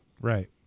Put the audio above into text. Right